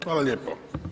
Hvala lijepo.